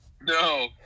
No